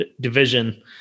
division